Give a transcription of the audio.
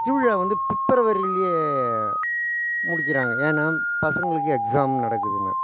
திருவிழா வந்து பிப்ரவரியிலியே முடிக்கிறாங்க ஏன்னா பசங்களுக்கு எக்ஸாம் நடக்குதுங்க